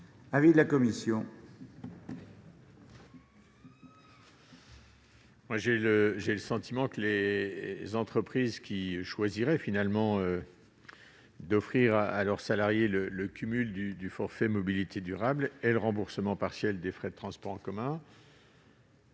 l'avis de la commission ? J'ai le sentiment que les entreprises qui choisiraient d'offrir à leurs salariés le cumul du forfait mobilités durables et du remboursement partiel des frais de transports en commun